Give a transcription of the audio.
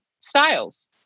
styles